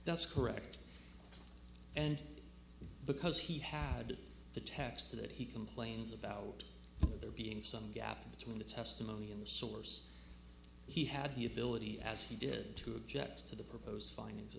that's correct and because he had the text of that he complains about there being some gap between the testimony in the source he had the ability as he did to object to the proposed f